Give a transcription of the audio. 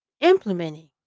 Implementing